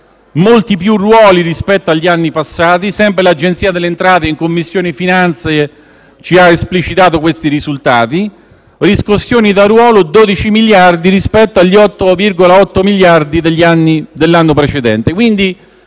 molti più ruoli rispetto agli anni passati, e sempre l'Agenzia delle entrate in Commissione finanze ci ha esplicitato questi risultati: 12 miliardi rispetto agli 8,8 miliardi dell'anno precedente.